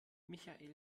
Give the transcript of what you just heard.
michael